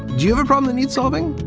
do you have a problem that needs solving?